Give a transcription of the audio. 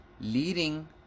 leading